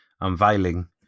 unveiling